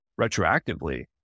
retroactively